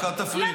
רק אל תפריעי.